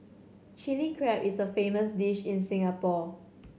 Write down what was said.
Chilli Crab is a famous dish in Singapore